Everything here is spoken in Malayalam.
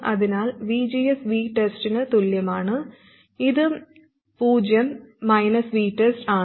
അതിനാൽ VGS VTEST ന് തുല്യമാണ് ഇത് 0 VTEST ആണ്